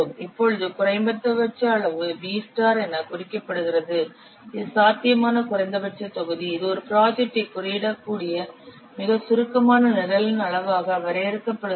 இப்பொழுது குறைந்தபட்ச அளவு V எனக் குறிக்கப்படுகிறது இது சாத்தியமான குறைந்தபட்ச தொகுதி இது ஒரு ப்ராஜெக்டை குறியிடக்கூடிய மிகச் சுருக்கமான நிரலின் அளவாக வரையறுக்கப்படுகிறது